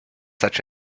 such